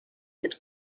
that